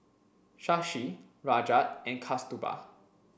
Shashi Rajat and Kasturba